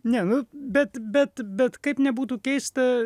ne nu bet bet bet kaip nebūtų keista